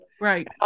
Right